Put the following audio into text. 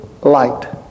light